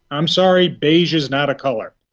i'm sorry, beige is not a colour.